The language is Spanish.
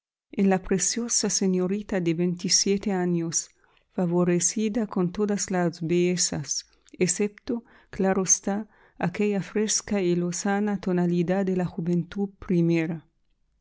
en la preciosa señorita de veintisiete años favorecida con todas las bellezas excepto claro está aquella fresca y lozana tonalidad de la juventud